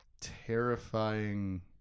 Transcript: Terrifying